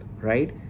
right